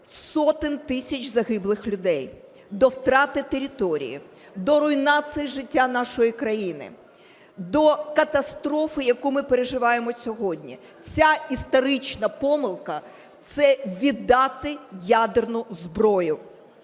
сотень тисяч загиблих людей, до втрати територій, до руйнації життя нашої країни, до катастрофи, яку ми переживаємо сьогодні, ця історична помилка – це віддати ядерну зброю.